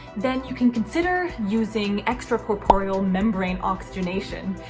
then you can consider using extracorporeal membrane oxygenation.